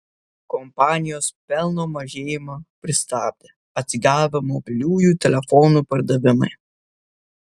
kompanijos pelno mažėjimą pristabdė atsigavę mobiliųjų telefonų pardavimai